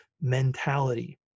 mentality